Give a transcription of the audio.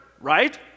Right